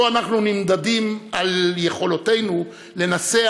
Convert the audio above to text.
שבו אנחנו נמדדים על יכולותינו לנסח